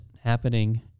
happening